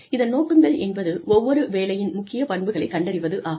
இதன் நோக்கங்கள் என்பது ஒவ்வொரு வேலையின் முக்கிய பண்புகளைக் கண்டறிவது ஆகும்